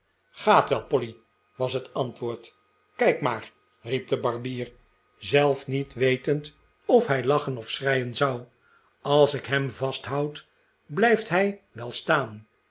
gaat wel polly was het antwoord kijk maar riep de barbier zelf niet wetend of hij lachen of schreien zou als ik hem vasthoud blijft hij wel staan